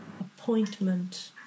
Appointment